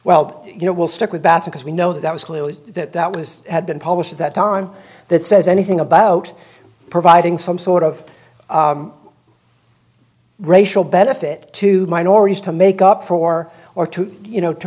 well you know we'll stick with bass because we know that was clearly that that was had been published at that time that says anything about providing some sort of racial benefit to minorities to make up for or to you know to